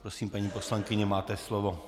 Prosím, paní poslankyně, máte slovo.